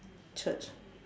church